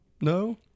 No